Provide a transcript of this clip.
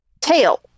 Tail